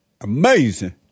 Amazing